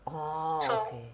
orh okay